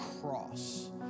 cross